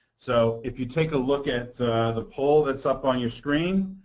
so if you take a look at the poll that's up on your screen,